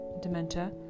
Dementia